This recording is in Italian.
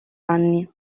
anni